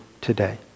today